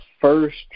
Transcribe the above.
first